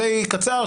די קצר,